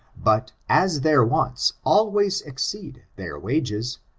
but, as their wants always exceed their wages,